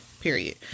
period